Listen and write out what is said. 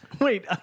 Wait